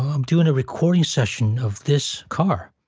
i'm doing a recording session of this car.